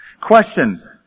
Question